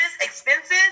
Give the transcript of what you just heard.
expenses